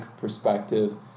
perspective